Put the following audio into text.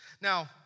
Now